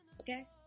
Okay